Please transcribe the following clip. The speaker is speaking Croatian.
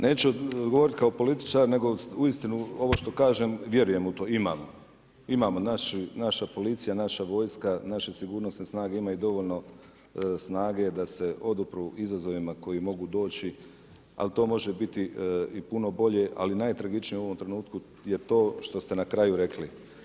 Neću govoriti kao političar nego uistinu ovo što kažem vjerujem u to, imamo naša policija, naša vojska, naše sigurnosne snage imaju dovoljno snage da se odupru izazovima koje mogu doći, ali to može biti i puno bolje, ali najtragičnije u ovom trenutku je to što ste na kraju rekli.